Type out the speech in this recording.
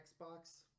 Xbox